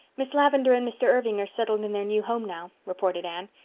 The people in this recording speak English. miss lavendar and mr. irving are settled in their new home now, reported anne.